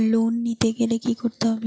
Loan নিতে গেলে কি করতে হবে?